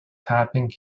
tapping